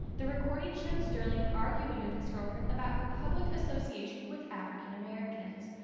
the recording showed sterling arguing with his girlfriend about her public association with african americans.